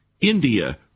India